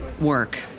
work